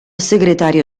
segretario